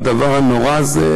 הדבר הנורא הזה,